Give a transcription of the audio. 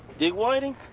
dick whiting?